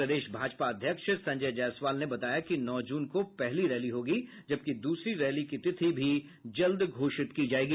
प्रदेश भाजपा अध्यक्ष संजय जायसवाल ने बताया कि नौ जून को पहली रैली होगी जबकि दूसरी रैली की तिथि भी जल्द घोषित की जायेगी